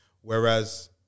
whereas